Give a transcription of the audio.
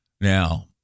Now